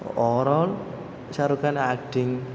overall ഷാറുഖാൻ്റെ acting